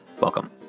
Welcome